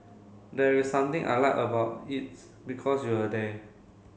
there is something I like about it's because you're there